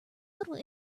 little